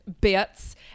bits